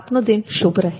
આપનો દિવસ શુભ રહે